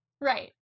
Right